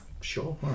sure